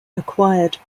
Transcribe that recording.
acquired